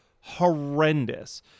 horrendous